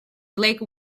lake